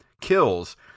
Kills